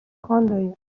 خاندایی